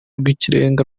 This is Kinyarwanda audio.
rw’ikirenga